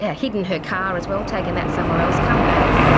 yeah hidden her car as well, taken that somewhere else, come back,